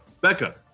Becca